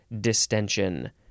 distension